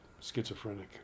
schizophrenic